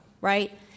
right